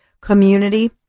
community